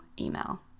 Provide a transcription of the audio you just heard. email